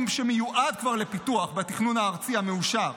שכבר מיועד לפיתוח בתכנון הארצי המאושר,